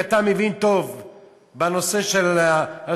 כי אתה מבין טוב בנושא של הסטודנטים,